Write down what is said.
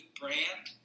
brand